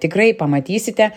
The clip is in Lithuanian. tikrai pamatysite